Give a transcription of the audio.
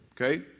Okay